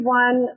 one